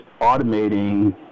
automating